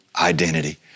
identity